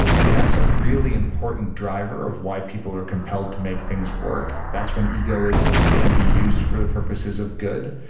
and that's a really important driver of why people are compelled to make things work. that's when ego can be used for the purposes of good.